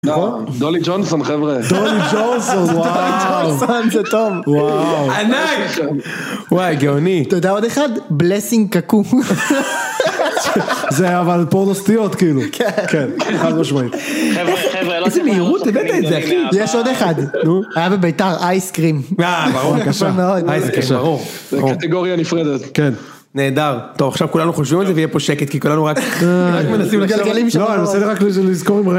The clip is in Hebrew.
דולי ג'ונסון, חבר'ה, דולי ג'ונסון וואו, דולי ג'ונסון זה טוב, וואו, ענק, וואי גאוני, תודה עוד אחד, בלסינג קקו, זה היה אבל פורדוסטיות כאילו, כן, כן, חד משמעית, חבר'ה, חבר'ה, איזה מהירות הבאת את זה אחי, יש עוד אחד, נו, היה בבית"ר אייס קרים, ברור, קשה, זה קטגוריה נפרדת, כן, נהדר, טוב עכשיו כולנו חושבים על זה ויהיה פה שקט כי כולנו רק מנסים לחשוב, לא אני עושה את זה רק לזכור אם רגע,